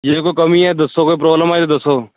ਜੇ ਕੋਈ ਕਮੀ ਹੈ ਦੱਸੋ ਕੋਈ ਪ੍ਰੋਬਲਮ ਆਈ ਦੱਸੋ